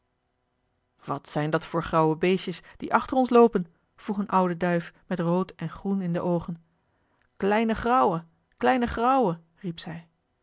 wat zijn dat voor grauwe beestjes die achter ons loopen vroeg een oude duif met rood en groen in de oogen kleine grauwe kleine grauwe riep zij